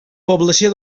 població